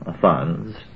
funds